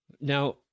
Now